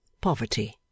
Poverty